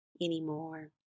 anymore